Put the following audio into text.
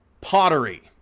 Pottery